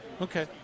Okay